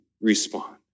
respond